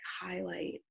highlight